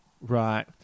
Right